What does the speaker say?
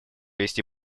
вести